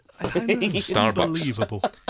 Starbucks